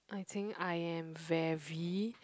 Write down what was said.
I think I am very